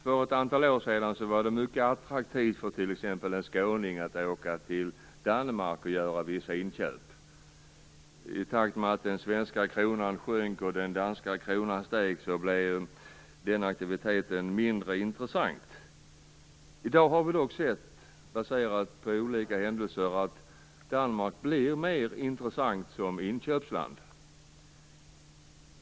För ett antal år sedan var det attraktivt för t.ex. en skåning att åka till Danmark och göra vissa inköp. I takt med att värdet på den svenska kronan sjönk och värdet på den danska steg blev den aktiviteten mindre intressant. I dag kan vi dock se, baserat på vissa händelser, att Danmark blir mer intressant som inköpsland.